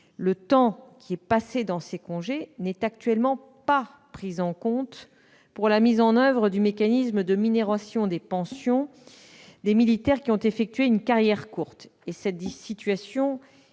La durée de ces congés n'est actuellement pas prise en compte pour la mise en oeuvre du mécanisme de minoration des pensions des militaires qui ont effectué une carrière courte. Cette situation est difficilement